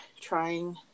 trying